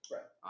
Right